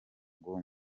ngo